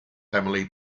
emily